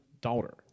daughter